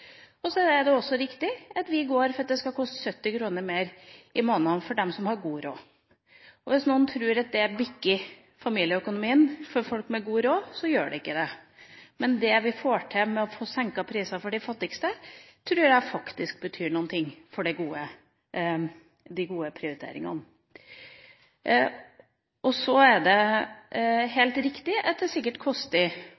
viktig. Så er det også riktig at vi går for at det skal koste 70 kr mer i måneden for dem som har god råd. Hvis noen tror at det bikker familieøkonomien for folk med god råd, så gjør det ikke det. Men det vi får til med å senke prisen for de fattigste, tror jeg faktisk betyr noe for de gode prioriteringene. Det er helt riktig at det